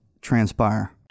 transpire